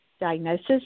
diagnosis